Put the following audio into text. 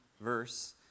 verse